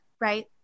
right